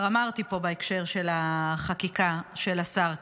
אמרתי פה בהקשר של החקיקה של השר קרעי.